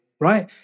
right